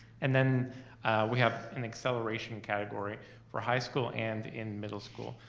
and then we have an acceleration category for high school and in middle school.